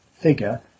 figure